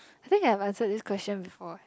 I think I have answered this question before eh